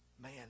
man